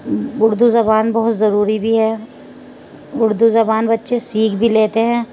اردو زبان بہت ضروری بھی ہے اردو زبان بچے سیکھ بھی لیتے ہیں